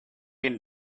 can